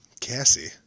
Cassie